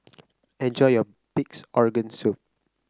enjoy your Pig's Organ Soup